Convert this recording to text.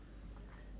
不知